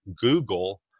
Google